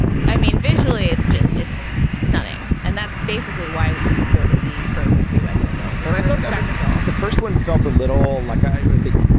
i mean, visually, it's just it's stunning. and that's basically why you would go to see frozen, too, as an adult. and i thought spectacle the first one felt a little like, i i think,